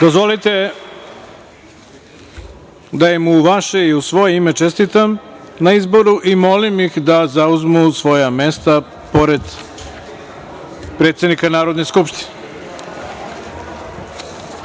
skupštine. Dozvolite da im u vaše i u svoje ime čestitam na izboru i molim ih da zauzmu svoja mesta pored predsednika Narodne skupštine. Želim